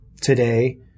today